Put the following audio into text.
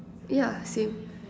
yeah same